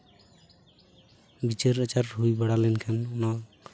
ᱵᱤᱪᱟᱹᱨ ᱟᱪᱟᱨ ᱦᱩᱭ ᱵᱟᱲᱟ ᱞᱮᱱᱠᱷᱟᱱ ᱚᱱᱟ